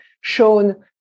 shown